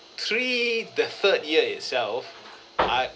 three the third year itself I